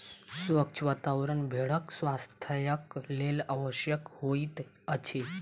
स्वच्छ वातावरण भेड़क स्वास्थ्यक लेल आवश्यक होइत अछि